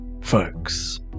Folks